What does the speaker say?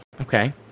okay